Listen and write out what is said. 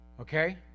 Okay